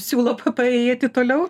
siūlo paėjėti toliau